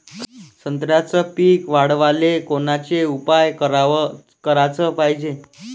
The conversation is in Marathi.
संत्र्याचं पीक वाढवाले कोनचे उपाव कराच पायजे?